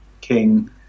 King